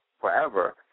forever